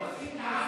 ואחריו,